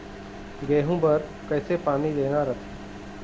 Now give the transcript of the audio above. गेहूं बर कइसे पानी देना रथे?